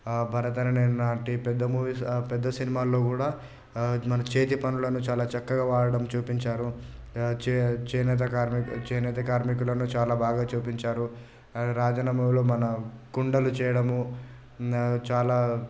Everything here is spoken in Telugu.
భరత్ అనే నేను నాటి పెద్ద మూవీస్ పెద్ద సినిమాల్లో కూడా మన చేతి పనులను చాలా చక్కగా వాడడం చూపించారు చే చేనేత కార్మికులు చేనేత కార్మికులును చాలా బాగా చూపించారు రాజన్న మూవీలో మన కుండలు చేయడము చాలా